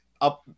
up